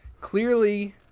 Clearly